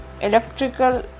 electrical